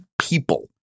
people